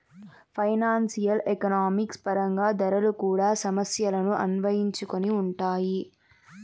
financial economics పరంగా ధరలు కూడా సమస్యలను అన్వయించుకొని ఉంటాయి